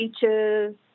features